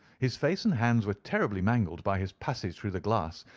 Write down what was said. his face and hands were terribly mangled by his passage through the glass,